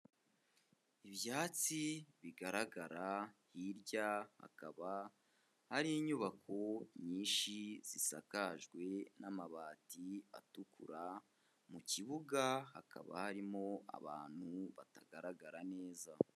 Ibyatsi bigaragara hirya hakaba hari inyubako nyinshi zisakajwe n'amabati atukura, mu kibuga hakaba harimo abantu batagaragara neza.